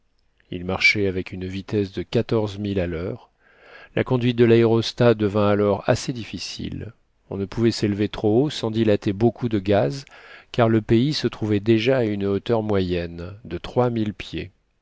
ils marchaient avec une vitesse de quatorze milles à l'heure la conduite de l'aérostat devint alors assez difficile on ne pouvait sélever trop haut sans dilater beaucoup le gaz car le pays se trouvait déjà à une hauteur moyenne de pieds